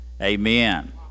Amen